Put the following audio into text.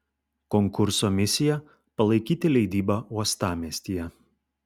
konkurso misija palaikyti leidybą uostamiestyje